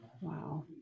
Wow